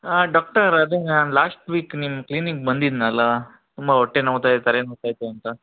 ಹಾಂ ಡಾಕ್ಟರ್ ಅದೇ ನಾನು ಲಾಸ್ಟ್ ವೀಕ್ ನಿಮ್ಮ ಕ್ಲಿನಿಕ್ ಬಂದಿದ್ದನಲ್ಲಾ ತುಂಬಾ ಹೊಟ್ಟೆ ನೋವ್ತಾ ಇದೆ ತಲೆ ನೋವ್ತಾ ಐತೆ ಅಂತ